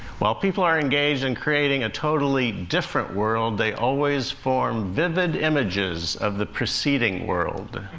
while people are engaged in creating a totally different world, they always form vivid images of the preceding world.